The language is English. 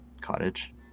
cottage